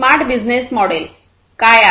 smart business model काय आहे